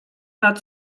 nad